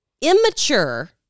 immature